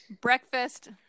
breakfast